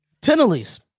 penalties